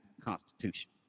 constitution